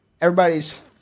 everybody's